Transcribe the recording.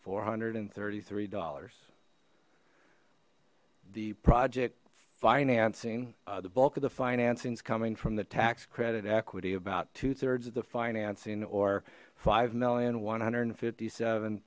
four hundred and thirty three dollars the project financing the bulk of the financing is coming from the tax credit equity about two thirds of the financing or five million one hundred fifty seven